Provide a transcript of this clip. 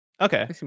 Okay